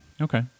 Okay